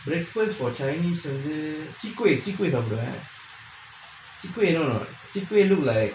bracelet for chinese ji kuih ji kuih look like